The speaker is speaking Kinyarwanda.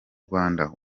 rwanda